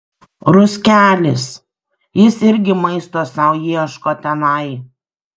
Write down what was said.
ruskelis jis irgi maisto sau ieško tenai